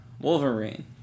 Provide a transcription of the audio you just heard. Wolverine